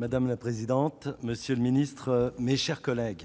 Madame la présidente, monsieur le ministre, mes chers collègues,